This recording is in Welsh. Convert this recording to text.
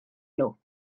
nhw